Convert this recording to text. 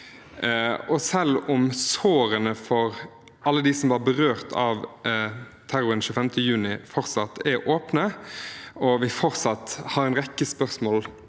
Selv om sårene til alle dem som var berørt av terroren 25. juni, fortsatt er åpne, og vi fortsatt har en rekke spørsmål